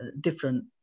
different